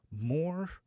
more